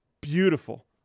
beautiful